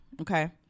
okay